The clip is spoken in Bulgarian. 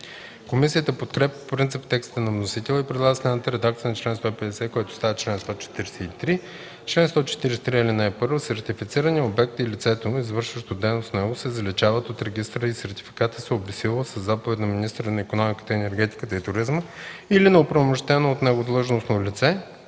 Комисията подкрепя по принцип текста на вносителя и предлага следната редакция на чл. 150, който става чл. 143: „Чл. 143. (1) Сертифицираният обект и лицето, извършващо дейност в него, се заличават от регистъра и сертификатът се обезсилва със заповед на министъра на икономиката, енергетиката и туризма или на оправомощено от него длъжностно лице